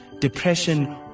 depression